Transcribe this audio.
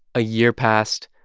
a year passed.